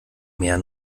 mehr